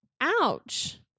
Ouch